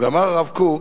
ואמר הרב קוק